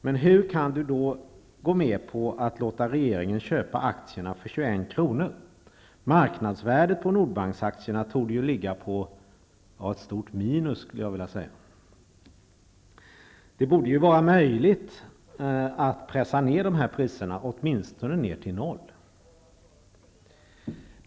Men hur kan då Bengt Dalström gå med på att låta regeringen köpa aktierna för 21 kr.? Marknadsvärdet på Nordbanksaktierna torde ju ligga på minus. Det borde vara möjligt att pressa priserna åtminstone ner till noll.